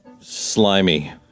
slimy